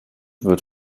wird